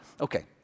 okay